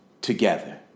together